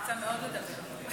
מאוד לדבר.